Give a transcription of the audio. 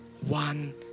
one